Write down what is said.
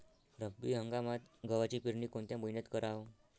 रब्बी हंगामात गव्हाची पेरनी कोनत्या मईन्यात कराव?